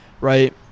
right